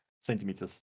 centimeters